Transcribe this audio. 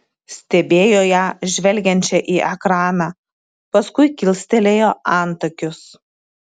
stebėjo ją žvelgiančią į ekraną paskui kilstelėjo antakius